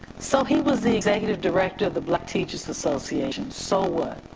so he was the executive director of the black teachers association, so what,